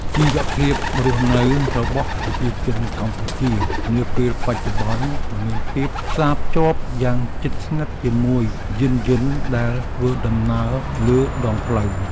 ជីវភាពរស់នៅរបស់ប្រជាជនកម្ពុជានាពេលបច្ចុប្បន្នមានភាពផ្សារភ្ជាប់យ៉ាងជិតស្និទ្ធជាមួយយានយន្តដែលធ្វើដំណើរលើដងផ្លូវ។